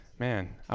Man